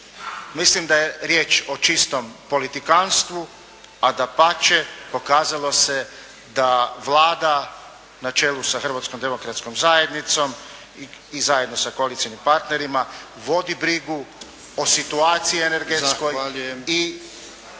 Mislim da je riječ o čistom politikantstvu a dapače pokazalo se da Vlada na čelu sa Hrvatskom demokratskom zajednicom i zajedno sa koalicionim partnerima vodi brigu o situaciji energetskoj …